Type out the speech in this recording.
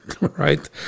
right